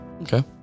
Okay